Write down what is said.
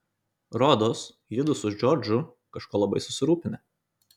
rodos judu su džordžu kažko labai susirūpinę